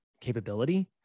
capability